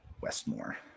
Westmore